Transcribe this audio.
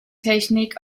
technik